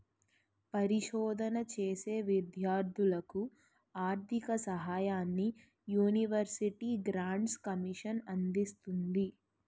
పరిశోధన చేసే విద్యార్ధులకు ఆర్ధిక సహాయాన్ని యూనివర్సిటీ గ్రాంట్స్ కమిషన్ అందిస్తుంది